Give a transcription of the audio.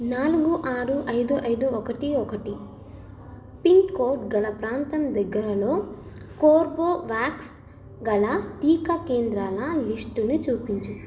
నాలుగు ఆరు ఐదు ఐదు ఒకటి ఒకటి పిన్ కోడ్ గల ప్రాంతం దగ్గరలో కోర్బోవ్యాక్స్ గల టీకా కేంద్రాల లిస్టుని చూపించుము